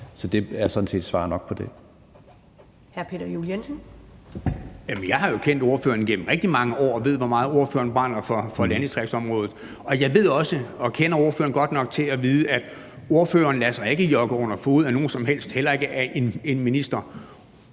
Peter Juel-Jensen (V): Jamen jeg har jo kendt ordføreren igennem rigtig mange år og ved, hvor meget ordføreren brænder for landdistriktsområdet, og jeg kender også ordføreren godt nok til at vide, at ordføreren ikke lader sig jokke under fode af nogen som helst, heller ikke af en minister.